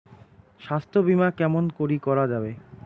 স্বাস্থ্য বিমা কেমন করি করা যাবে?